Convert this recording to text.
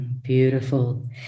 Beautiful